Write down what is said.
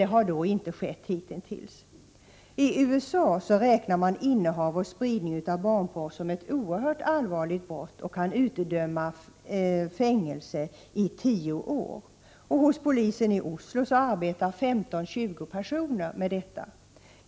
Det har emellertid inte gjorts hittills. TUSA räknar man innehav och spridning av barnporr som ett oerhört allvarligt brott, och det kan utdömas fängelse i tio år. Hos polisen i Oslo arbetar 15—20 personer med saken.